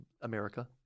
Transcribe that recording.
America